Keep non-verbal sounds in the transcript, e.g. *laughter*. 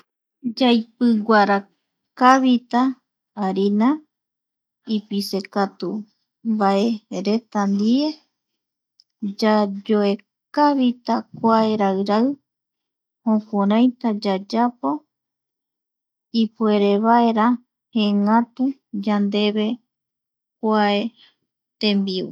Yaipiguara, kavita harina ipise *noise* katu vaereta ndie yayoekavita kua rairai jokuraita yayapo *noise* ipuere vaera jeengatu *noise* yande kua tembiu.